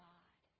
God